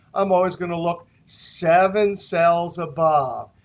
i'm always going to look seven cells above.